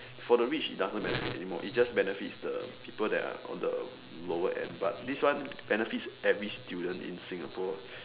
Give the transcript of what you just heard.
for the rich it doesn't benefit anymore it just benefits the people that are on the lower end but this one benefits every student in Singapore